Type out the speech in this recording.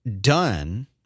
done